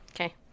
Okay